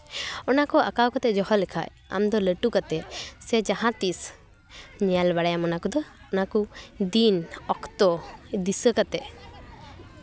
ᱚᱱᱟ ᱠᱚ ᱟᱸᱠᱟᱣ ᱠᱟᱛᱮ ᱫᱚᱦᱚ ᱞᱮᱠᱷᱟᱡ ᱟᱢᱫᱚ ᱞᱟᱹᱴᱩ ᱠᱟᱛᱮ ᱥᱮ ᱡᱟᱦᱟᱸ ᱛᱤᱥ ᱧᱮᱞ ᱵᱟᱲᱟᱭᱟᱢ ᱚᱱᱟ ᱠᱚᱫᱚ ᱚᱱᱟ ᱠᱚ ᱫᱤᱱ ᱚᱠᱛᱚ ᱫᱤᱥᱟᱹ ᱠᱟᱛᱮ